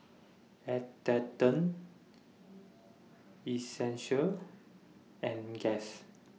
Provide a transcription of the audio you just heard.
Atherton Essential and Guess